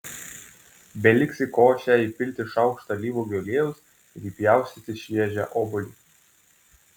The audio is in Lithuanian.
beliks į košę įpilti šaukštą alyvuogių aliejaus ir įpjaustyti šviežią obuolį